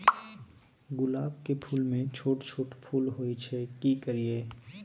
गुलाब के फूल में छोट छोट फूल होय छै की करियै?